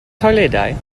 toiledau